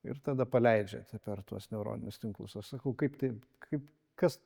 ir tada paleidžia per tuos neuroninius tinklus aš sakau kaip taip kaip kas